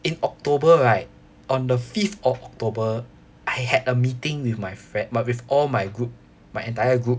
in october right on the fifth of october I had a meeting with my friend but with all my group my entire group